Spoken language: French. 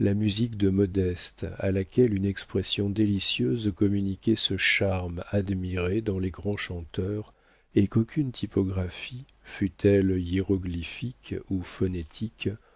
la musique de modeste à laquelle une expression délicieuse communiquait ce charme admiré dans les grands chanteurs et qu'aucune typographie fût-elle hiéroglyphique ou